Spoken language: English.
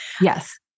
Yes